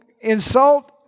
insult